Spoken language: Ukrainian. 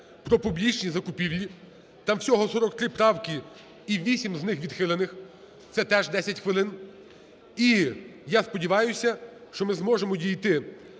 про публічні закупівлі, там всього 43 правки і вісім з них відхилених, це теж 10 хвилин. І, я сподіваюся, що ми зможемо дійти